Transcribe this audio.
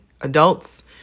adults